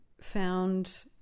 found